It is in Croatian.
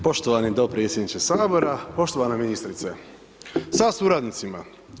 Poštovani dopredsjedniče Sabora, poštovana ministrice sa suradnicima.